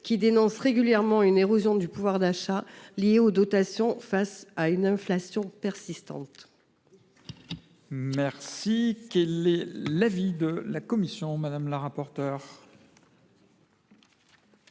qui dénoncent régulièrement une érosion du pouvoir d’achat lié aux dotations face à une inflation persistante. Quel est l’avis de la commission ? Compte tenu